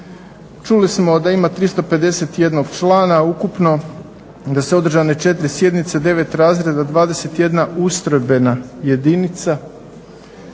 Čuli smo da ima 351 člana ukupno, da su održane 4 sjednice, 9 razreda, 21 ustrojbena jedinica,